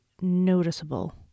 noticeable